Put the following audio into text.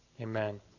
Amen